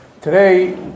Today